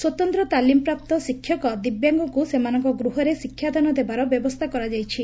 ସ୍ୱତନ୍ତ ତାଲିମ ପ୍ରାପ୍ତ ଶିକ୍ଷକ ଦିବ୍ୟାଙ୍ଗକ୍କୁ ସେମାନଙ୍କ ଗୃହରେ ଶିକ୍ଷାଦାନ ଦେବାର ବ୍ୟବସ୍କା କରାଯାଇଛି